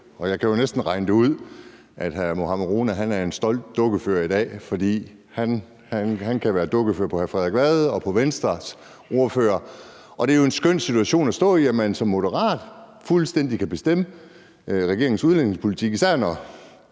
jeg kan næsten regne det ud, at hr. Mohammad Rona er en stolt dukkefører i dag, for han kan være dukkefører for hr. Frederik Vad og Venstres ordfører. Det er jo en skøn situation at stå i, at man som moderat fuldstændig kan bestemme regeringens udlændingepolitik. Man